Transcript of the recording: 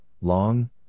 long